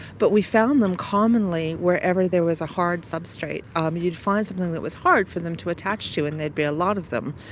but we found them commonly wherever there was a hard substrate. um you'd find something that was hard for them to attach to and there would be a lot of them,